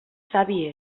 savi